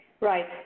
Right